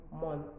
month